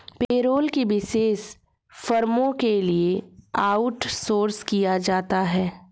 payroll को विशेष फर्मों के लिए आउटसोर्स किया जाता है